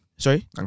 sorry